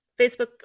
facebook